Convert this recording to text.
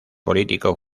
político